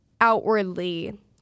outwardly